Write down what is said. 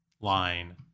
line